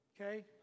okay